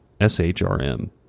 SHRM